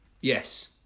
Yes